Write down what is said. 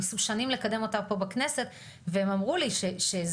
ניסו שנים לקדם אותה בכנסת והם אמרו לי שזה